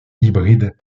hybrides